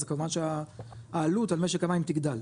אז כמובן שהעלות על משק המים תגדל,